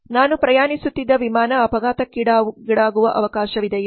ನಾನು ಪ್ರಯಾಣಿಸುತ್ತಿದ್ದ ವಿಮಾನ ಅಪಘಾತಕ್ಕೀಡಾಗುವ ಅವಕಾಶವಿದೆಯೇ